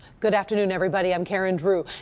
good afternoon, everybody! i'm karen drew.